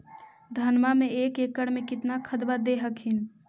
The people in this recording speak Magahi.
धनमा मे एक एकड़ मे कितना खदबा दे हखिन?